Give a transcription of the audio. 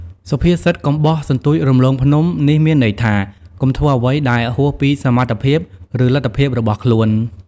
សុភាសិត កុំបោះសន្ទូចរំលងភ្នំ នេះមានន័យថា កុំធ្វើអ្វីដែលហួសពីសមត្ថភាព ឬលទ្ធភាពរបស់ខ្លួន។